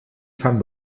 fan